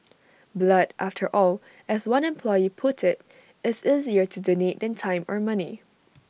blood after all as one employee put IT is easier to donate than time or money